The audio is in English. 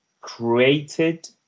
created